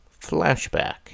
Flashback